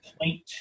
point